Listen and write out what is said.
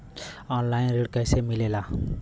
Online ऋण कैसे मिले ला?